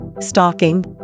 stalking